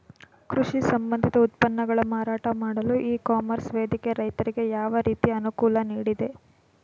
ಕೃಷಿ ಸಂಬಂಧಿತ ಉತ್ಪನ್ನಗಳ ಮಾರಾಟ ಮಾಡಲು ಇ ಕಾಮರ್ಸ್ ವೇದಿಕೆ ರೈತರಿಗೆ ಯಾವ ರೀತಿ ಅನುಕೂಲ ನೀಡಿದೆ?